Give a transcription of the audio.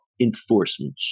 enforcement